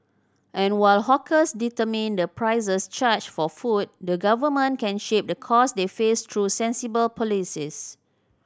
and while hawkers determine the prices charged for food the Government can shape the cost they face through sensible policies